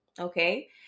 okay